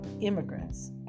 immigrants